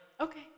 okay